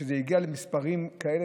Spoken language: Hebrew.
זה הגיע למספרים כאלה,